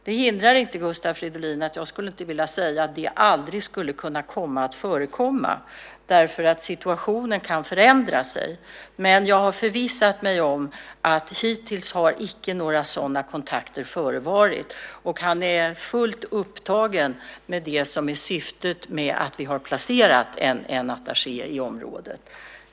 Det hindrar inte, Gustav Fridolin, att jag inte skulle vilja säga att det aldrig skulle kunna komma att förekomma, därför att situationer kan förändra sig, men jag har förvissat mig om att några sådana kontakter hittills icke har förevarit. Han är fullt upptagen med det som är syftet med att vi har placerat en attaché i området.